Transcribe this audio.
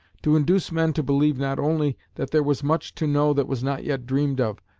to induce men to believe not only that there was much to know that was not yet dreamed of,